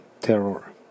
terror